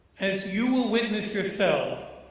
as you will witness yourselves,